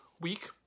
week